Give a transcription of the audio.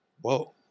Whoa